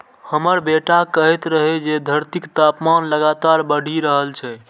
हमर बेटा कहैत रहै जे धरतीक तापमान लगातार बढ़ि रहल छै